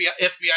FBI